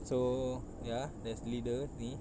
so ya there's leader ni